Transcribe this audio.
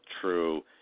true